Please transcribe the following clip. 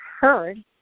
heard